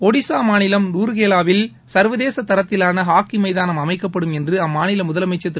ஒடிஷா மாநிலம் ரூர்கேவாவில் சர்வதேச தரத்திவான ஹாக்கி எமதாளம் அமைக்கப்படும் என்று அம்மாநில முதலமைச்சர் திரு